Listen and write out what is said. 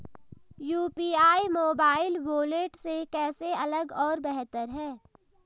UPI mobile wallet से कैसे अलग और बेहतर है?